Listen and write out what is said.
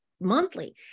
monthly